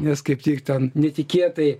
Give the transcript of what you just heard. nes kaip tik ten netikėtai